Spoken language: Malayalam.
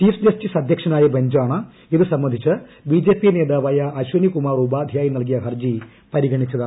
ചീഫ് ജസ്റ്റിസ് അധ്യക്ഷനായ ബഞ്ചാണ് ഇത് സംബന്ധിച്ച് ബിജെപ്പി ന്റേതാവായ അശ്വനികുമാർ ഉപാധ്യായ നൽകിയ ഹർജി പരിശ്ശണിച്ചത്